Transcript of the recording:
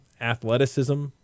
athleticism